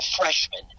freshman